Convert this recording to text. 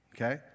Okay